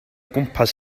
gwmpas